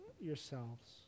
yourselves